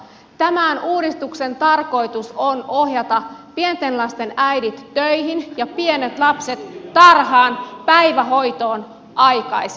tämän uudistuksen tarkoitus on ohjata pienten lasten äidit töihin ja pienet lapset tarhaan päivähoitoon aikaisin